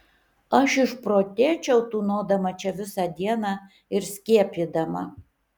aš išprotėčiau tūnodama čia visą dieną ir skiepydama